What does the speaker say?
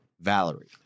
Valerie